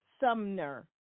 Sumner